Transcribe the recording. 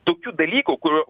tokių dalykų kur